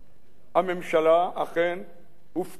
הממשלה אכן הופתעה